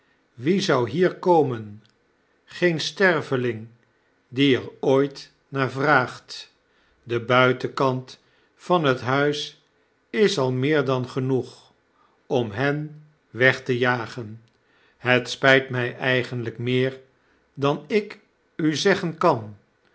wie zou hier komen geen sterveling die er ooit naar vraagt de buitenkant van het huis is al meer dan genoeg om hen weg te jagen het spijt my eigenlyk meer dan ik u zeggen kan